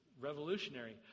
revolutionary